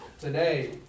today